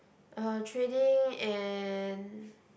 uh trading and